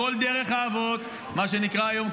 כל דרך האבות ------- מה שנקרא היום,